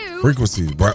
Frequency